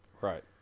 Right